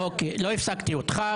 לא הפסקתי אותך,